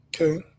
Okay